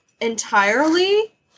entirely